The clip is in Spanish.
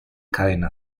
cadena